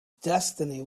destiny